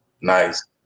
Nice